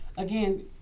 Again